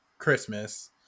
Christmas